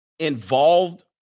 Involved